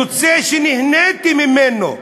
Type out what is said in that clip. יוצא שנהניתי ממנו.